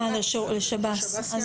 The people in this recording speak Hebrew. שב"ס.